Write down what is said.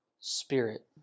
spirit